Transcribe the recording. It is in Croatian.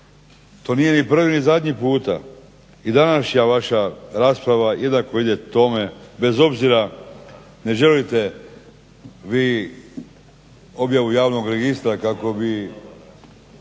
To nije ni prvi ni zadnji puta. I današnja vaša rasprava jednako ide tome bez obzira ne želite vi objavu javnog registra kako bi